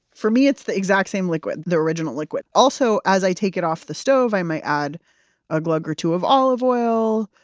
for me, it's the exact same liquid, the original liquid. also, as i take it off the stove, i might add a glug or two of olive oil.